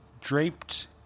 draped